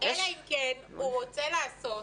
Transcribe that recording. אלא אם כן הוא רוצה לעשות.